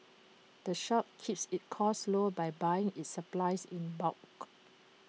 the shop keeps its costs low by buying its supplies in bulk